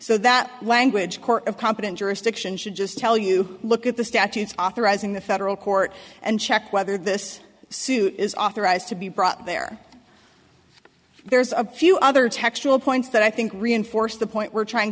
so that language court of competent jurisdiction should just tell you look at the statutes authorizing the federal court and check whether this suit is authorized to be brought there there's a few other textural points that i think reinforce the point we're trying